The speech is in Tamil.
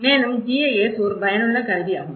மேலும் GIS ஒரு பயனுள்ள கருவியாகும்